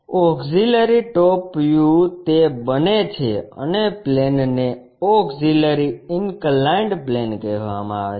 auxiliary top view તે બને છે અને પ્લેનને ઓક્ષીલરી ઇન્કલાઇન્ડ પ્લેન કહેવામાં આવે છે